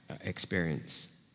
experience